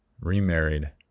remarried